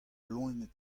loened